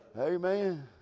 Amen